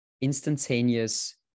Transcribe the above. instantaneous